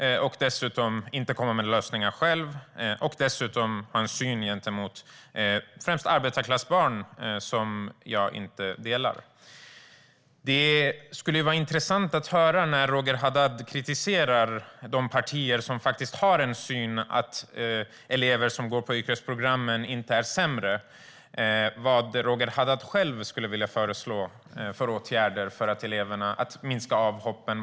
Han kommer dessutom inte med några lösningar själv, och han har en syn på främst arbetarklassbarn som jag inte delar. När Roger Haddad kritiserar de partier som har synen att elever som går på yrkesprogrammen inte är sämre skulle det vara intressant att höra vad han själv skulle vilja föreslå för åtgärder för att minska avhoppen.